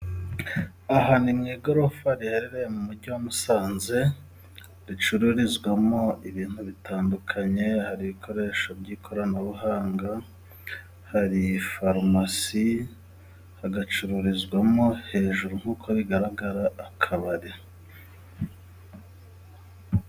Aha ni mu igorofa riherereye mu mujyi wa Musanze ricururizwamo ibintu bitandukanye hari ibikoresho by'ikoranabuhanga, hari farumasi, hagacururizwamo hejuru nkuko bigaragara akabari.